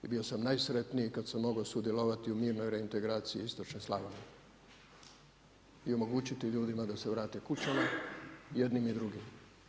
I bio sam najsretniji kada sam mogao sudjelovati u mirnoj reintegraciji istočne Slavonije i omogućiti ljudima da se vrate kućama i jednim i drugim.